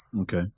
Okay